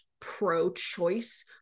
pro-choice